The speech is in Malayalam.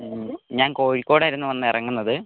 മ് ഞാൻ കോഴിക്കോടായിരുന്നു വന്നിറങ്ങുന്നത്